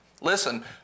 Listen